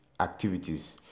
activities